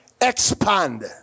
expand